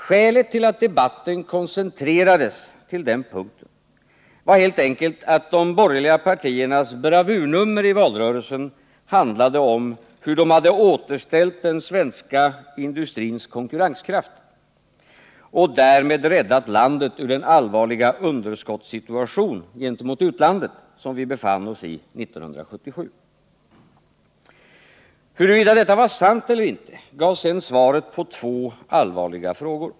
Skälet till att debatten koncentrerades till den punkten var helt enkelt att de borgerliga partiernas bravurnummer i valrörelsen handlade om hur de hade återställt den svenska industrins konkurrenskraft och därmed räddat landet ur den allvarliga underskottssituation gentemot utlandet som vi befann oss i 1977. I samband med att man skulle visa huruvida påståendet härom var sant eller inte gavs sedan svaret på två allvarliga frågor.